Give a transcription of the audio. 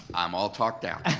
i'm all talked out.